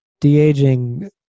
de-aging